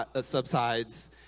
subsides